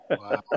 Wow